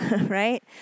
right